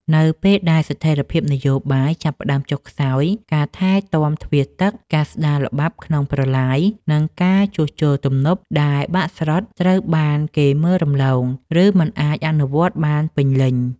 នៅពេលដែលស្ថិរភាពនយោបាយចាប់ផ្ដើមចុះខ្សោយ ការថែទាំទ្វារទឹក ការស្ដារល្បាប់ក្នុងប្រឡាយ និងការជួសជុលទំនប់ដែលបាក់ស្រុត ត្រូវបានគេមើលរំលង ឬមិនអាចអនុវត្តបានពេញលេញ។